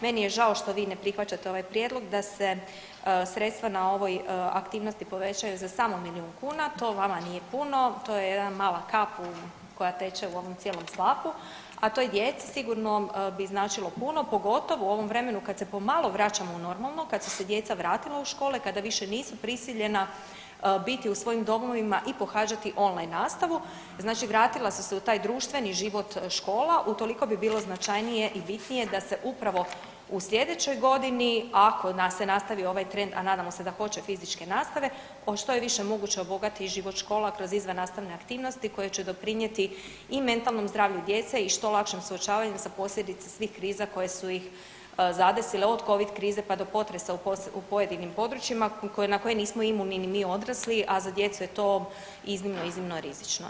Meni je žao što vi ne prihvaćate ovaj prijedloga da se sredstava na ovoj aktivnosti povećaju za samo milijun kuna, to vama nije puno, to je jedna mala kap koja teče u ovom cijelom slapu, a toj djeci sigurno bi značilo puno pogotovo u ovom vremenu kada se pomalo vraćamo u normalno, kad su se djeca vratila u škole kada više nisu prisiljena biti u svojim domovima i pohađati on line nastavu, znači vratila su se u taj društveni život škola, utoliko bi bilo značajnije i bitnije da se upravo u sljedećoj godini ako nam se nastavi ovaj trend, a nadamo se da hoće fizičke nastave što je više moguće obogati i život škola kroz izvannastavne aktivnosti koje će doprinijeti i mentalnom zdravlju djece i što lakšem suočavanjem sa posljedicama svih kriza koje su ih zadesile od covid krize pa do potresa u pojedinim područjima na koje nismo imuni ni mi odrasli, a za djecu je to iznimno, iznimno rizično.